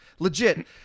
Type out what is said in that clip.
Legit